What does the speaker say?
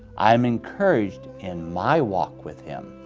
i am encouraged in my walk with him.